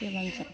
के भन्छ